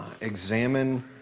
examine